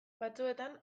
batzuetan